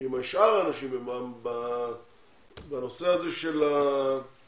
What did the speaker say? עם שאר האנשים בנושא הזה של האולפנים,